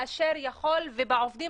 ובעובדים,